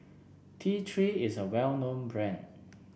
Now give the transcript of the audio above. T Three is a well known brand